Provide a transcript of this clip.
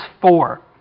four